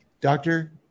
doctor